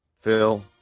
Phil